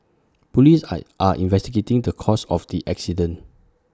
Police are are investigating the cause of the accident